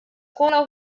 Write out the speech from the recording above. skola